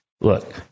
Look